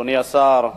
תודה רבה, אדוני השר,